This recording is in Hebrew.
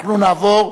אנחנו נעבור,